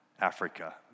Africa